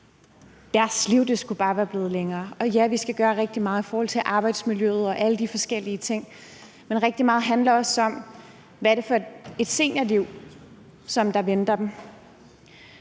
deres liv ikke blev længere. Og ja, vi skal gøre rigtig meget i forhold til arbejdsmiljøet og alle de forskellige ting, men rigtig meget handler også om, hvad det er for et seniorliv, der venter dem,